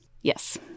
yes